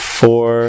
four